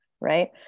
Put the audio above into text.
right